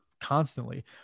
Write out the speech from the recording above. constantly